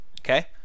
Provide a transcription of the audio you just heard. Okay